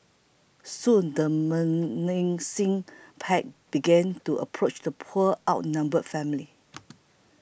soon the menacing pack began to approach the poor outnumbered family